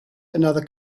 another